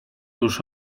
już